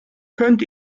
könnt